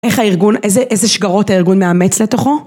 איך הארגון, איזה שגרות הארגון מאמץ לתוכו?